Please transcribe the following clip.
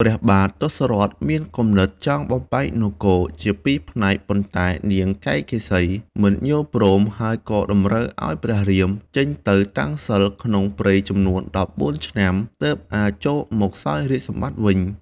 ព្រះបាទទសរថ មានគំនិតចង់បំបែកនគរ ជាពីរផ្នែកប៉ុន្តែនាងកៃកេសី មិនយល់ព្រមហើយក៏តម្រូវឱ្យព្រះរាម ចេញទៅតាំងសិល្ប៍ក្នុងព្រៃចំនួន១៤ឆ្នាំ ទើបអាចចូលមកសោយរាជ្យសម្បត្តិវិញ។